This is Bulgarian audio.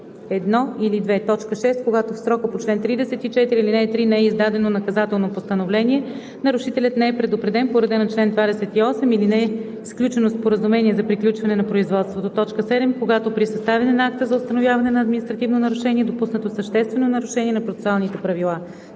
1 или 2; 6. когато в срока по чл. 34, ал. 3 не е издадено наказателно постановление, нарушителят не е предупреден по реда на чл. 28 или не е сключено споразумение за приключване на производството; 7. когато при съставяне на акта за установяване на административно нарушение е допуснато съществено нарушение на процесуалните правила;